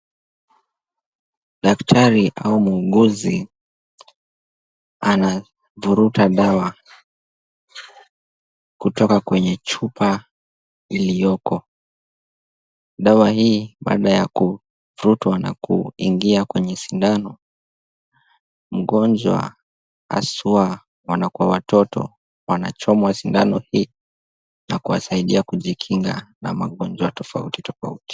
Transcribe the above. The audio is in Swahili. Daktari au muuguzi ana vuruta dawa kutoka kwenye chupa iliyoko. Dawa hii baada ya kuvurutwa na kuingia kwenye sindano, mgonjwa haswa wanakuwa watoto wanachomwa sindano hii na kuwasaidia kujikinga na magonjwa tofauti tofauti.